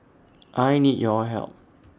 I need your help